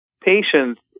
patients